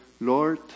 Lord